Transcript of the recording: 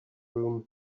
room